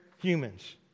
Humans